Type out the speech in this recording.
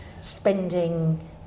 spending